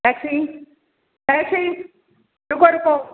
taxi taxi रुको रुको